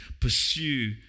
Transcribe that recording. pursue